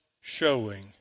showing